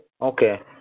Okay